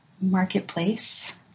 marketplace